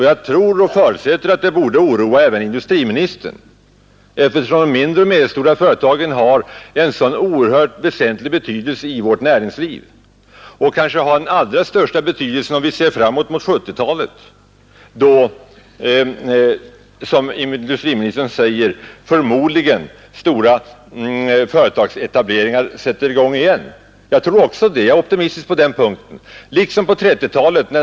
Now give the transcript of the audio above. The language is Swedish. Jag förutsätter att det borde oroa även industriministern, eftersom de mindre och medelstora företagen har en så oerhört väsentlig betydelse i vårt näringsliv. Kanske har de den allra största betydelsen om vi ser framåt mot 1970-talet, då — som industriministern säger — förmodligen stora företagsetableringar sätter i gång igen. Jag tror också det, jag är optimistisk på den punkten.